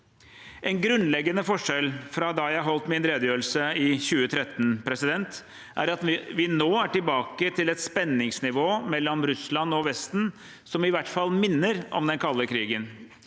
En grunnleggende forskjell fra da jeg holdt min redegjørelse i 2013, er at vi nå er tilbake til et spenningsnivå mellom Russland og Vesten som i hvert fall minner om den kalde krigen,